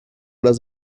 las